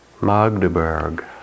Magdeburg